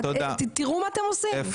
תראו מה אתם עושים.